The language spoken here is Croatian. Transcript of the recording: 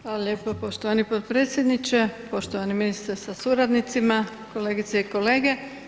Hvala lijepo poštovani potpredsjedniče, poštovani ministre sa suradnicima, kolegice i kolege.